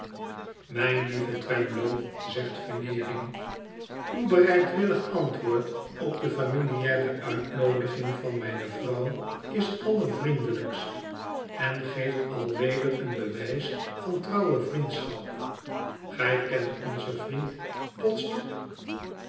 mijn lieve twemlow zegt veneering luw bereidwillig antwoord op de fainiliare uitnoodiging van mijne vrouw is allervriendelijkst en eeft alweder een bewijs van trouwe vriendschap gij kent onzen vnend podsnap